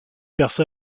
percée